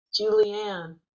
Julianne